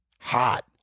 Hot